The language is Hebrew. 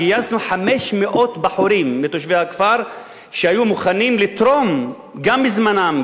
500 בחורים מתושבי הכפר שהיו מוכנים לתרום גם מזמנם,